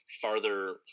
farther